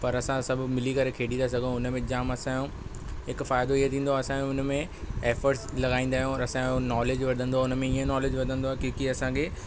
पर असां सभु मिली करे खेॾी था सघूं हुन में जाम असांजो हिकु फ़ाइदो इअं थींदो आहे असांजो हुन में एफर्ट लॻाईंदा आहियूं असांजो नॉलेज वधंदो हुन में इयं नॉलेज वधंदो क्योकि असांखे